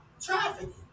trafficking